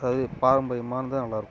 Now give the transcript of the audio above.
அது பாரம்பரியமானதாக நல்லாயிருக்கும்